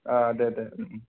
दे द